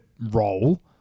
role